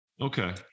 Okay